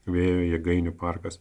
vėjo jėgainių parkas